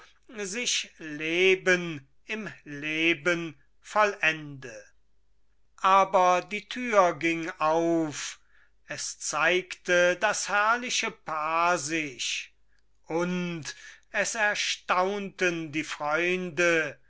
sich leben im leben vollende aber die tür ging auf es zeigte das herrliche paar sich und es erstaunten die freunde